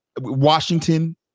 Washington